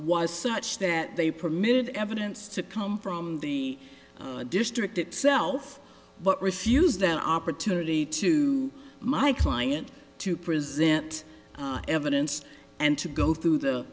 was such that they permitted evidence to come from the district itself but refused the opportunity to my client to presenting evidence and to go through the